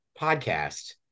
podcast